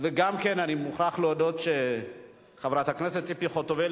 אני מוכרח להודות שחברת הכנסת ציפי חוטובלי